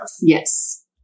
Yes